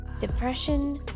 depression